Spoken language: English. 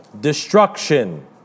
destruction